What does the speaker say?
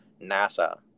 NASA